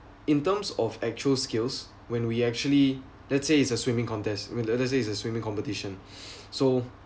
in terms of actual skills when we actually let's say it's a swimming contest l~ l~ let's say it's a swimming competition so